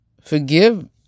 forgive